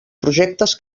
projectes